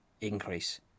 increase